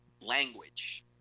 language